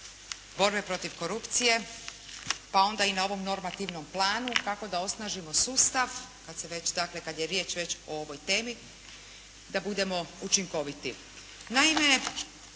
borbe protiv korupcije pa onda i na ovom normativnom planu kako da osnažimo sustav kada se već, dakle, kada je riječ već o ovoj temi da budemo učinkoviti.